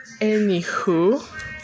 anywho